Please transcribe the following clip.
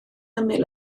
ymyl